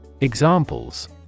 Examples